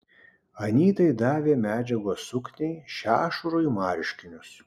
anytai davė medžiagos sukniai šešurui marškinius